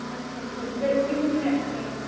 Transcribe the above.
अच्छा अच्छा उद्धर ओह् बी घूमने आस्तै ऐ